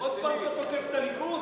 עוד פעם אתה תוקף את הליכוד?